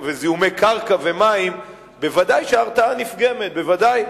וזיהומי קרקע ומים, ודאי שההרתעה נפגמת, ודאי.